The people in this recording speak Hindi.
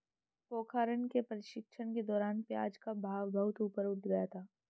पोखरण के प्रशिक्षण के दौरान प्याज का भाव बहुत ऊपर उठ गया था